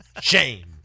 shame